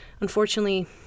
unfortunately